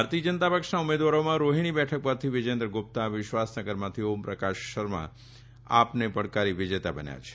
ભારતીય જનતા પક્ષના ઉમેદવારોમાં રોહિણી બેઠક પરથી વિજેન્દ્ર ગુપ્તા વિશ્વાસનગરમાંથી ઓમ પ્રકાશ શર્મા આપને પડકારી વિજેતા બન્યા છે